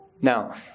Now